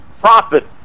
profit